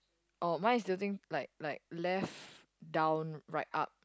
oh mine is tilting like like left down right up